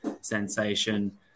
sensation